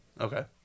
Okay